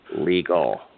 legal